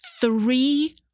Three